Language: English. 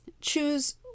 choose